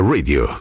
Radio